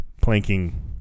planking